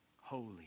holy